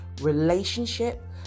relationship